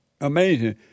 Amazing